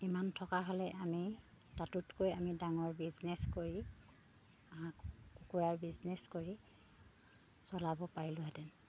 ইমান থকা হ'লে আমি তাতোতকৈ আমি ডাঙৰ বিজনেছ কৰি কুকুৰাৰ বিজনেচ কৰি চলাব পাৰিলোঁহেঁতেন